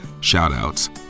shout-outs